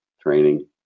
training